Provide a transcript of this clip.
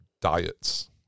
diets